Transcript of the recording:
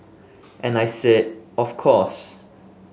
and I said of course